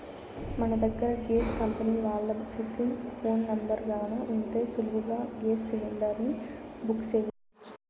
మన దగ్గర gas company వాల్ల బుకింగ్ ఫోను నెంబరు గాన ఉంటే సులువుగా గేస్ సిలిండర్ని బుక్ సెయ్యొచ్చు